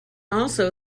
also